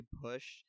push